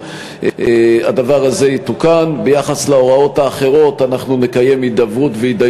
של תיקוני התקנון והתאמות בחקיקה.